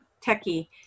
techy